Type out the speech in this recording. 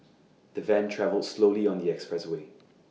the van travelled slowly on the expressway